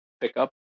pickup